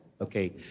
Okay